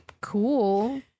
cool